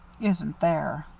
isn't there.